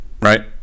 right